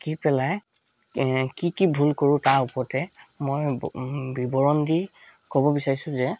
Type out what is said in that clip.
আঁকি পেলাই কি কি ভুল কৰোঁ তাৰ ওপৰতে মই ব বিৱৰণ দি ক'ব বিছাৰিছোঁ যে